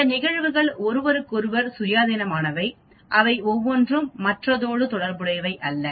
இந்த நிகழ்வுகள் ஒருவருக்கொருவர் சுயாதீனமானவை அவை ஒவ்வொன்றும் மற்றதோடு தொடர்புடையவை அல்ல